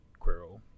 Quirrell